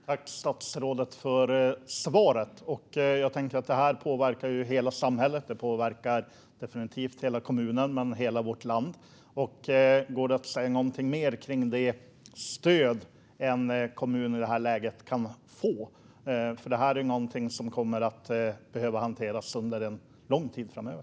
Fru talman! Tack, statsrådet, för svaret! Det här påverkar hela samhället. Det påverkar definitivt hela kommunen men också hela vårt land. Går det att säga något mer om det stöd som en kommun kan få i ett sådant här läge? Det är ju något som kommer att behöva hanteras under lång tid framöver.